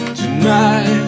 tonight